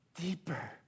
deeper